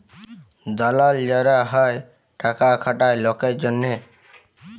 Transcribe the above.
দালাল যারা হ্যয় টাকা খাটায় লকের জনহে